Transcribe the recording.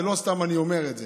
ולא סתם אני אומר את זה,